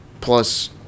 plus